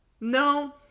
No